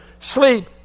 sleep